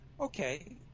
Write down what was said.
okay